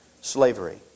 slavery